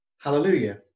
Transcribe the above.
hallelujah